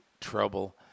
trouble